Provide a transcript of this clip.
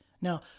Now